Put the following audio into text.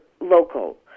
local